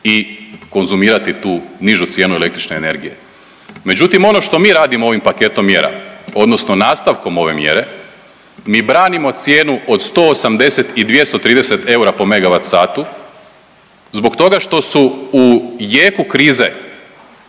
i konzumirati tu nižu cijenu električne energije. Međutim, ono što mi radimo ovim paketom mjera odnosno nastavkom ove mjere mi branimo cijenu od 180 i 230 eura po megavat satu zbog toga što su u jeku krize